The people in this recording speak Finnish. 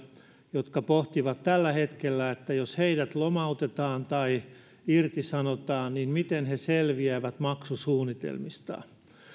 jotka pohtivat tällä hetkellä että jos heidät lomautetaan tai irtisanotaan niin miten he selviävät maksusuunnitelmistaan